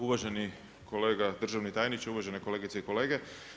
Uvaženi kolega državni tajniče, uvažene kolegice i kolege.